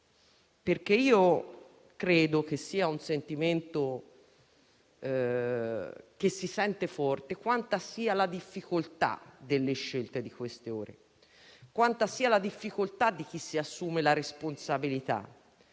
perché credo che si avverta bene quanta sia la difficoltà delle scelte di queste ore, e quanta sia la difficoltà di chi si assume la responsabilità